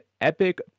epic